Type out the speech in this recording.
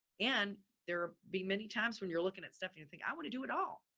and there are be many times when you're looking at stuff you and think, i want to do it all.